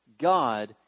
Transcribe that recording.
God